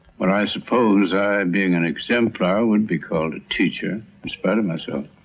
but i suppose i being an exemplar would be called a teacher in spite of myself.